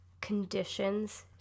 conditions